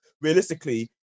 realistically